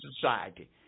society